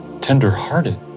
tender-hearted